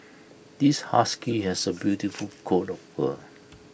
this husky has A beautiful coat of fur